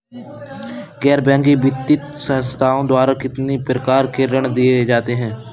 गैर बैंकिंग वित्तीय संस्थाओं द्वारा कितनी प्रकार के ऋण दिए जाते हैं?